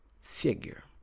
figure